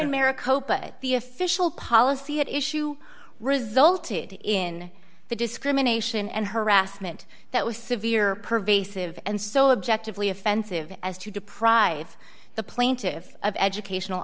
maricopa the official policy at issue resulted in the discrimination and harassment that was severe pervasive and so objective leigh offensive as to deprive the plaintiffs of educational